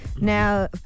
Now